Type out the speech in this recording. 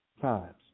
times